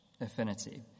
Affinity